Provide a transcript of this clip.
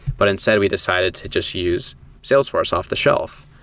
but instead we decided to just use salesforce off-the-shelf,